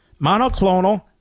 monoclonal